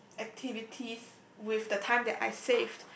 activities with the time that I save